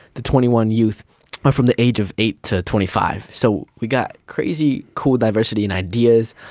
the twenty one youth are from the age of eight to twenty five. so we've got crazy cool diversity and ideas,